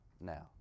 now